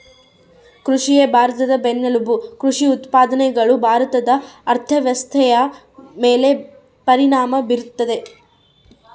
ಕೃಷಿಯೇ ಭಾರತದ ಬೆನ್ನೆಲುಬು ಕೃಷಿ ಉತ್ಪಾದನೆಗಳು ಭಾರತದ ಅರ್ಥವ್ಯವಸ್ಥೆಯ ಮೇಲೆ ಪರಿಣಾಮ ಬೀರ್ತದ